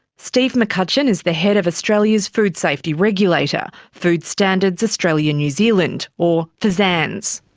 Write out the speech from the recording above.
steve mccutcheon is the head of australia's food safety regulator, food standards australia new zealand, or fsanz.